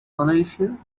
malaysia